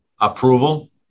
approval